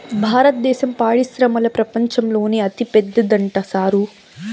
భారద్దేశం పాడి పరిశ్రమల ప్రపంచంలోనే అతిపెద్దదంట సారూ